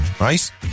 right